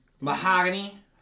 Mahogany